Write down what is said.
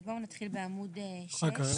בואו נתחיל בעמוד שש,